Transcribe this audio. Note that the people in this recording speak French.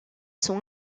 sont